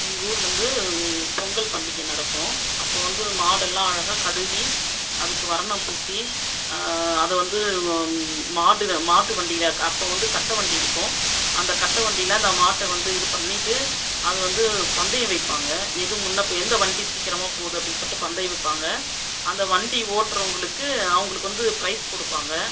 எங்கள் ஊரிலருந்து பொங்கல் பண்டிகை நடக்கும் அப்போது வந்து மாடு எல்லாம் அழகாக கழுவி அதுக்கு வர்ணம் பூசி அதை வந்து மாடுல மாட்டு வண்டியில் அப்போ வந்து கட்டை வண்டி இருக்கும் அந்த கட்டை வண்டியில் அந்த மாட்டை வந்து இது பண்ணிட்டு அதை வந்து பந்தயம் வைப்பாங்க எது முன்னே போ எந்த வண்டி சீக்கிரமாக போகுது சொல்லிகிட்டு பந்தயம் வைப்பாங்க அந்த வண்டி ஓட்டுகிறவங்களுக்கு அவங்களுக்கு வந்து பிரைஸ் கொடுப்பாங்க